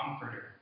comforter